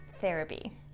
therapy